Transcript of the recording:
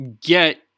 get